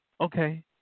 Okay